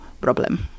problem